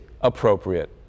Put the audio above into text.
appropriate